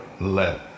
let